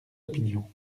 opinion